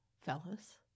fellas